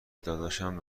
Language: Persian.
داداشم